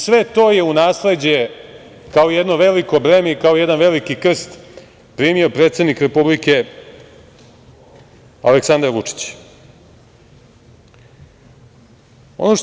Sve to je u nasleđe kao jedno veliko breme, kao jedan veliki krst primio predsednik Republike, Aleksandar Vučić.